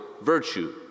virtue